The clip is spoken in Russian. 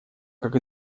как